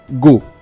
go